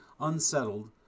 unsettled